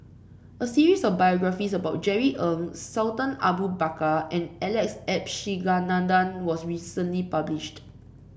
a series of biographies about Jerry Ng Sultan Abu Bakar and Alex Abisheganaden was recently published